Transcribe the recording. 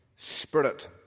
Spirit